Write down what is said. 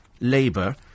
Labour